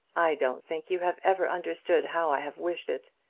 i don't think you have ever understood how i have wished it.